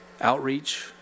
outreach